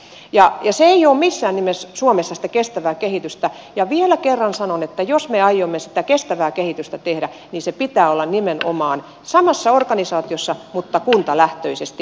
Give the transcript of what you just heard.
se ei ole missään nimessä suomessa sitä kestävää kehitystä ja vielä kerran sanon että jos me aiomme sitä kestävää kehitystä tehdä niin niiden pitää olla nimenomaan samassa organisaatiossa mutta kuntalähtöisesti